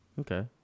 Okay